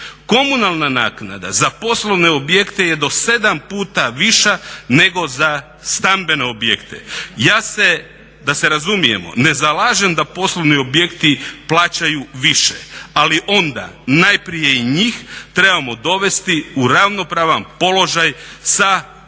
Komunalna naknada za poslovne objekte je do 7 puta viša nego za stambene objekte. Ja se, da se razumijemo ne zalažem da poslovni objekti plaćaju više, ali onda najprije i njih trebamo dovesti u ravnopravan položaj sa onima